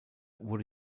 wurde